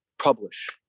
publish